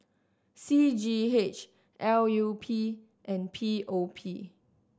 C G H L U P and P O P